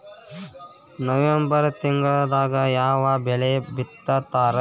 November ತಿಂಗಳದಾಗ ಯಾವ ಬೆಳಿ ಬಿತ್ತತಾರ?